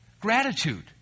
Gratitude